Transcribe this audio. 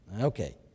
Okay